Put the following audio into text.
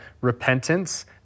repentance